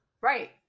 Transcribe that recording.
Right